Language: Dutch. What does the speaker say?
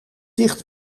dicht